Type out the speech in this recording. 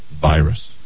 virus